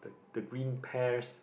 the green pears